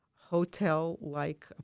hotel-like